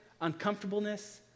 uncomfortableness